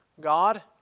God